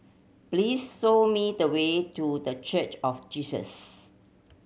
please show me the way to The Church of Jesus